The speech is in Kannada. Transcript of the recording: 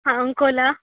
ಹಾಂ ಅಂಕೋಲ